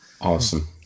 Awesome